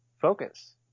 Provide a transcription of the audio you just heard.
focus